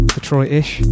Detroit-ish